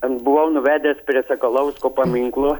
aš buvau nuvedęs prie sakalausko paminklo